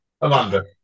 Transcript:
Amanda